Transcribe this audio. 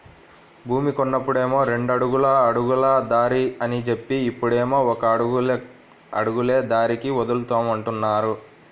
భూమి కొన్నప్పుడేమో రెండడుగుల అడుగుల దారి అని జెప్పి, ఇప్పుడేమో ఒక అడుగులే దారికి వదులుతామంటున్నారు